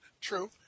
True